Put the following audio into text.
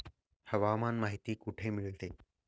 हवामान माहिती कुठे मिळते?